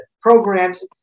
programs